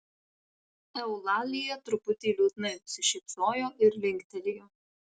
eulalija truputį liūdnai nusišypsojo ir linktelėjo